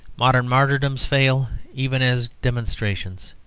modern martyrdoms fail even as demonstrations,